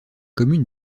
commune